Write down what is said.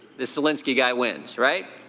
this zelensky guy wins, right?